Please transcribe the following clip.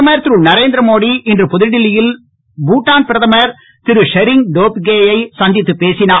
பிரதமர் திரு நரேந்திரமோடி இன்று புதுடெல்லியில் பூட்டான் பிரதமர் திரு ஷெரீங் டோப்கே யை சந்தித்துப் பேசினார்